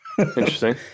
Interesting